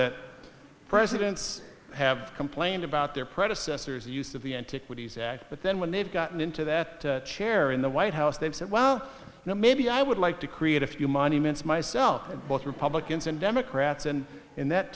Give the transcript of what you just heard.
that presidents have complained about their predecessors use of the antiquities act but then when they've gotten into that chair in the white house they've said well you know maybe i would like to create a few monuments myself and both republicans and democrats and in that